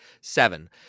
Seven